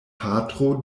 patro